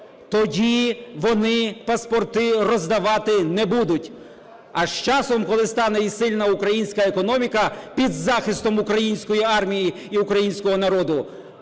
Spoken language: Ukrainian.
Тоді вони паспорти роздавати не будуть. А з часом, коли стане і сильна українська економіка під захистом української армії і українського народу,